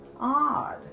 odd